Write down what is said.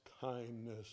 kindness